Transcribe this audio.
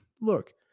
look